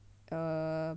err